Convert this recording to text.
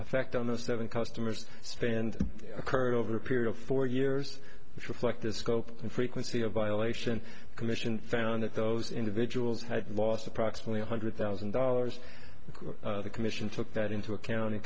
effect on the seven customers spend occurred over a period of four years which reflect the scope and frequency of violation commission found that those individuals had lost approximately one hundred thousand dollars the commission took that into account